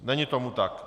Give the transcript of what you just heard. Není tomu tak.